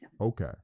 okay